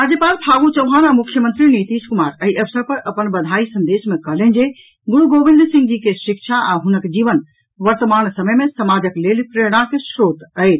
राज्यपाल फागू चौहान आ मुख्यमंत्री नीतीश कुमार एहि अवसर पर अपन बधाई संदेश मे कहलनि जे गुरूगोविंद सिंह जी के शिक्षा आ हुनक जीवन वर्तमान समय मे समाजक लेल प्रेरणाक श्रोत अछि